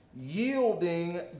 Yielding